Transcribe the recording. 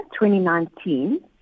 2019